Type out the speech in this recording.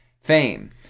fame